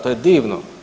To je divno.